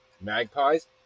Magpies